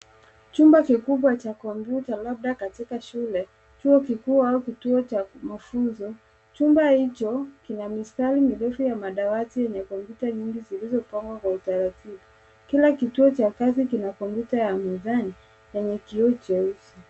Chumba kikubwa cha kompyuta labda katika shule chuo kikuu au kituo cha mafunzo chumba hicho kina mistari mirefu ya madawati yenye kompyuta nyingi zilizopangwa kwa utaratibu kila kituo cha kazi kina kompyuta ya na kioo jeusi.